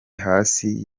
hasi